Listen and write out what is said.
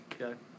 Okay